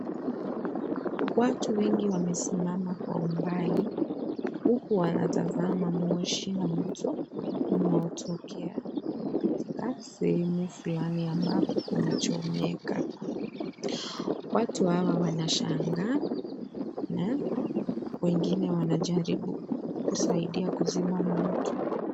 Watu wengi wamesimama kwa umbali huku wanatazama moshi na moto unaotokea katika sehemu fulani ambako kumechomeka. Watu hawa wanashangaa na wengine wanajaribu kusaidia kuzima moto.